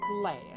glad